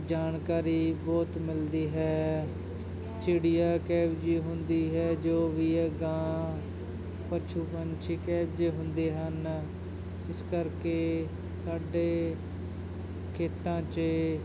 ਜਾਣਕਾਰੀ ਬਹੁਤ ਮਿਲਦੀ ਹੈ ਚਿੜੀਆ ਕਿਹੋ ਜਿਹੀ ਹੁੰਦੀ ਹੈ ਜੋ ਵੀ ਹੈ ਗਾਂ ਪਸ਼ੂ ਪੰਛੀ ਕਿਹੋ ਜਿਹੇ ਹੁੰਦੇ ਹਨ ਇਸ ਕਰਕੇ ਸਾਡੇ ਖੇਤਾਂ 'ਚ